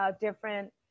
different